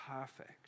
perfect